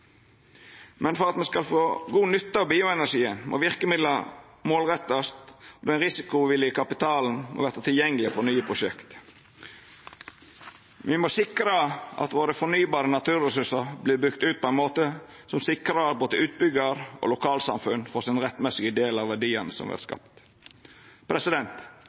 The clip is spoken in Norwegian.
Men for at me skal få god nytte av bioenergien, må verkemidla målrettast, og den risikovillige kapitalen må verta tilgjengeleg for nye prosjekt. Me må sikra at dei fornybare naturressursane våre vert bygde ut på ein måte som sikrar at både utbyggar og lokalsamfunn får sin rettmessige del av verdiane som vert